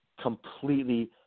completely